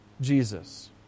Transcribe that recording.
Jesus